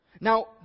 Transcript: Now